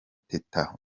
teta